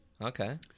Okay